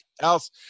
else